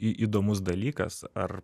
į įdomus dalykas ar